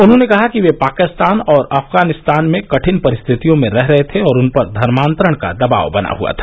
उन्होंने कहा कि वे पाकिस्तान और अफगानिस्तान में कठिन परिस्थितियों में रह रहे थे और उन पर धर्मातरण का दबाव बना हुआ था